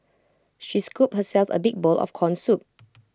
she scooped herself A big bowl of Corn Soup